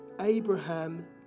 Abraham